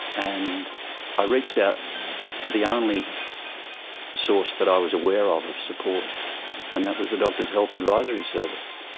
and i reached out to the only source that i was aware of of support and that was the doctors' health advisory service.